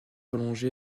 prolongée